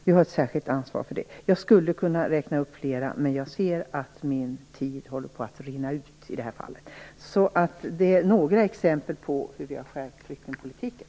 Vi har ett särskilt ansvar. Jag skulle kunna räkna upp fler exempel men jag ser att min taletid håller på att rinna ut i det här fallet. Detta var i alla fall några exempel på att vi har skärpt flyktingpolitiken.